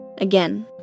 again